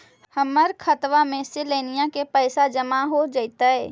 हमर खातबा में से लोनिया के पैसा जामा हो जैतय?